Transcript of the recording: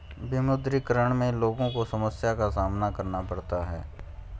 विमुद्रीकरण में लोगो को समस्या का सामना करना पड़ता है